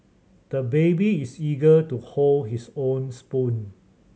the baby is eager to hold his own spoon